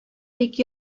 бик